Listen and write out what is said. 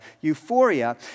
euphoria